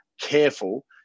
careful